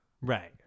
right